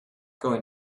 going